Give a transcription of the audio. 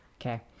Okay